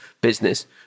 business